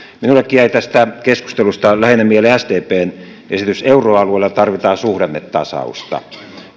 minullekin jäi tästä keskustelusta lähinnä mieleen sdpn esitys että euroalueella tarvitaan suhdannetasausta